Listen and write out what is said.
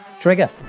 Trigger